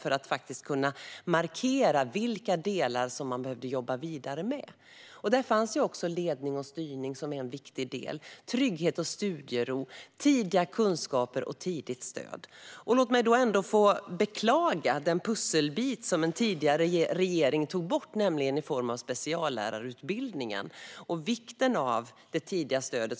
Det handlade om att kunna markera vilka delar man behövde jobba vidare med. Där fanns ledning och styrning med som en viktig del, och där fanns trygghet och studiero samt tidiga kunskaper och tidigt stöd. Låt mig därför beklaga att den tidigare regeringen tog bort en pusselbit, nämligen speciallärarutbildningen och vikten av det tidiga stödet.